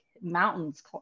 mountains